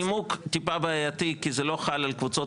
נימוק טיפה בעייתי כי זה לא חל על קבוצות